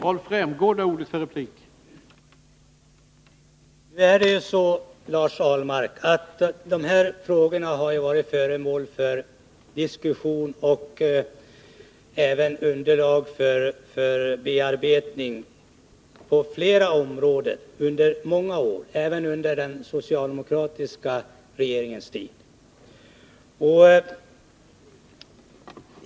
Herr talman! Nu är det ju så, Lars Ahlmark, att de här frågorna har varit föremål för diskussion och även för bearbetning på flera områden under många år, även under den socialdemokratiska regeringens tid.